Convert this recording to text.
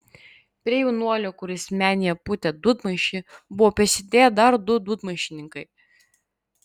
prie jaunuolio kuris menėje pūtė dūdmaišį buvo prisidėję dar du dūdmaišininkai